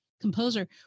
composer